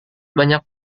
banyak